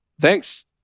thanks